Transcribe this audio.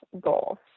goal